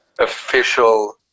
official